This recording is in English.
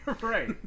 Right